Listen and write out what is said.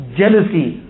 jealousy